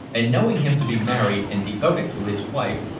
and knowing him to be married and devoted to his wife,